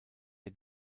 der